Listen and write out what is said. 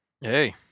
Hey